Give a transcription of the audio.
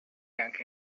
anche